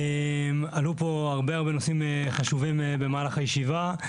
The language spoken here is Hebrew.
עלו פה הרבה הרבה נושאים חשובים במהלך הישיבה.